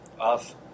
off